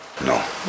No